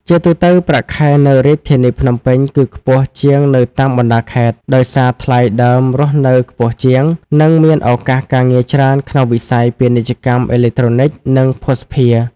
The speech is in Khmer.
ជាទូទៅ ប្រាក់ខែនៅរាជធានីភ្នំពេញគឺខ្ពស់ជាងនៅតាមបណ្តាខេត្ត ដោយសារថ្លៃដើមរស់នៅខ្ពស់ជាង និងមានឱកាសការងារច្រើនក្នុងវិស័យ ពាណិជ្ជកម្មអេឡិចត្រូនិក និងភស្តុភារ។